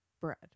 bread